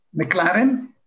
McLaren